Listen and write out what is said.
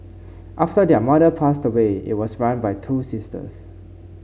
after their mother passed away it was run by two sisters